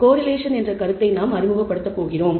correlation என்ற கருத்தை நாம் அறிமுகப்படுத்தப் போகிறோம்